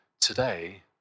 today